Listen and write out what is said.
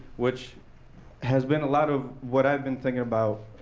which has been a lot of what i've been thinking about